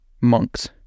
monks